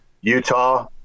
Utah